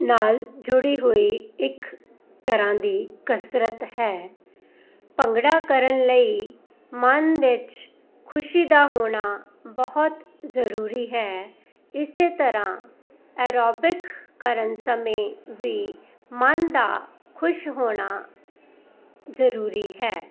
ਨਾਲ ਜੁੜੀ ਹੋਈ ਇੱਕ ਤਰ੍ਹਾਂ ਦੀ ਕਸਰਤ ਹੈ ਭੰਗੜਾ ਕਰਨ ਲਈ ਮਨ ਵਿੱਚ ਖੁਸ਼ੀ ਦਾ ਹੋਣਾ ਬਹੁਤ ਜ਼ਰੂਰੀ ਹੈ ਇਸੇ ਤਰ੍ਹਾਂ ਐਰੋਬਿਕ ਕਰਨ ਸਮੇਂ ਵੀ ਮਨ ਦਾ ਖੁਸ਼ ਹੋਣਾ ਜ਼ਰੂਰੀ ਹੈ